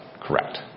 correct